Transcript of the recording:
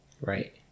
Right